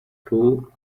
cruel